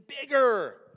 bigger